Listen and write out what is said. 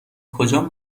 کجان